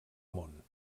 món